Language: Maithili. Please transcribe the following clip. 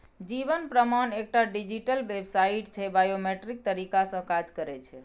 जीबन प्रमाण एकटा डिजीटल बेबसाइट छै बायोमेट्रिक तरीका सँ काज करय छै